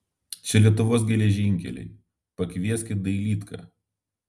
čia lietuvos geležinkeliai pakvieskit dailydką